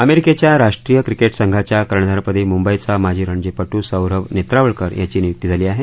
अमेरिकेच्या राष्ट्रीय क्रिकेट संघाच्या कर्णधारपदी मुंबईचा माजी रणजीपट् सौरभ नेत्रावळकर याची नियुक्ती झाली आहे